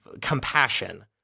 compassion